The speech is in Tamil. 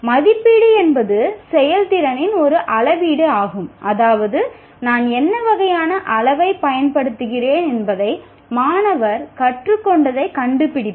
மதிப்பீடு என்பது செயல்திறனின் ஒரு அளவீடு ஆகும் அதாவது நான் என்ன வகையான அளவைப் பயன்படுத்துகிறேன் என்பதை மாணவர் கற்றுக்கொண்டதைக் கண்டுபிடிப்பது